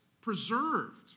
preserved